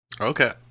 Okay